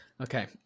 Okay